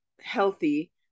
healthy